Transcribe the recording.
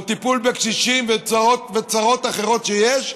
או בטיפול בקשישים וצרות אחרות שיש,